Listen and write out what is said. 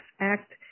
act